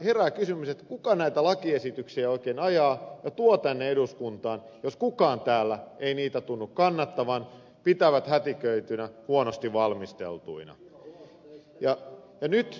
herää kysymys kuka näitä lakiesityksiä oikein ajaa ja tuo tänne eduskuntaan jos kukaan täällä ei niitä tunnu kannattavan vaan näitä pidetään hätiköityinä huonosti valmisteltuina